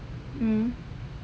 mmhmm